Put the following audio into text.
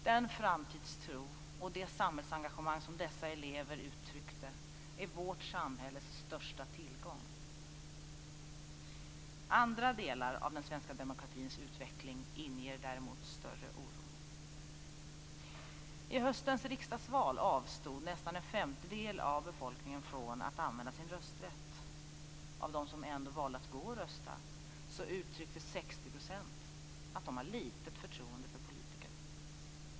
Den framtidstro och det samhällsengagemang som dessa elever uttryckte är vårt samhälles största tillgång. Andra delar av den svenska demokratins utveckling inger däremot större oro. I höstens riksdagsval avstod nästan en femtedel av befolkningen från att använda sin rösträtt. Av dem som ändå valde att gå och rösta uttryckte 60 % att de hade ett litet förtroende för politiker.